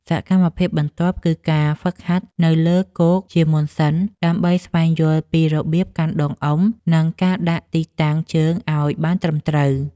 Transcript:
សកម្មភាពបន្ទាប់ គឺការហ្វឹកហាត់នៅលើដីគោកជាមុនសិន ដើម្បីស្វែងយល់ពីរបៀបកាន់ដងអុំ និងការដាក់ទីតាំងជើងឱ្យបានត្រឹមត្រូវ។